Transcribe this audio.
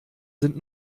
sind